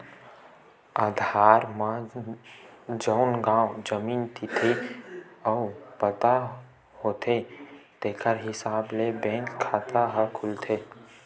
आधार म जउन नांव, जनम तिथि अउ पता होथे तेखर हिसाब ले बेंक खाता ह खुलथे